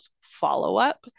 follow-up